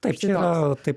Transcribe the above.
tai čia yra taip